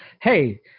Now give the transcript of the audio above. hey